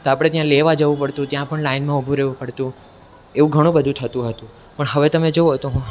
તો આપણે ત્યાં લેવા જવું પડતું ત્યાં પણ લાઇનમાં ઊભું રહેવું પડતું એવું ઘણું બધું થતું હતું પણ હવે તમે જુઓ તો